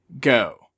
go